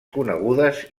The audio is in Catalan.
conegudes